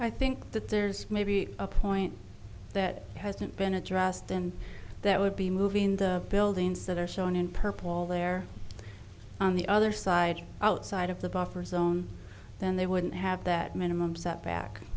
i think that there's maybe a point that hasn't been addressed then that would be moving the buildings that are shown in purple there on the other side outside of the buffer zone then they wouldn't have that minimum setback